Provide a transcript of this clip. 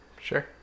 Sure